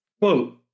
Quote